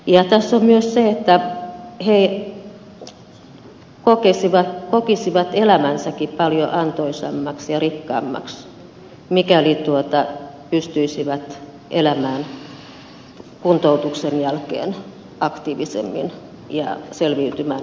tässä on myös se että he kokisivat elämänsäkin paljon antoisammaksi ja rikkaammaksi mikäli pystyisivät elämään kuntoutuksen jälkeen aktiivisemmin ja selviytymään itsenäisemmin